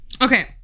Okay